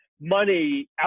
money